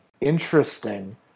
interesting